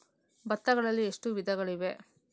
ಭತ್ತಗಳಲ್ಲಿ ಎಷ್ಟು ವಿಧಗಳಿವೆ?